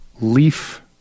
leaf